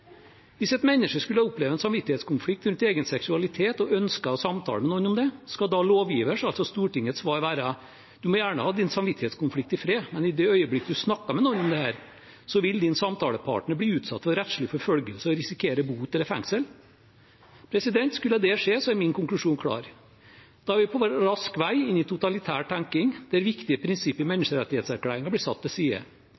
Hvis et menneske skulle oppleve en samvittighetskonflikt rundt egen seksualitet og ønske å samtale med noen om det, skal da lovgivers, altså Stortingets, svar være at man må gjerne ha sin samvittighetskonflikt i fred, men i det øyeblikket man snakker med noen om dette, vil samtalepartneren bli utsatt for rettslig forfølgelse og risikere bot eller fengsel? Skulle det skje, er min konklusjon klar. Da er vi raskt på vei inn i totalitær tenkning, der viktige prinsipper i